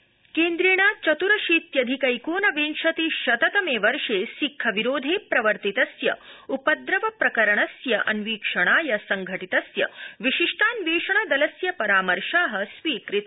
शीर्षन्यायालय केन्द्रेण चत्रशीत्यधिकैकोनविंशति शत तमे वर्षे सिक्ख विरोधे प्रवर्ति तस्य उपद्रव प्रकरणस्य अन्वीक्षणाय संघटितस्य विशिष्टान्वेषणदलस्य परामर्श स्वीकृता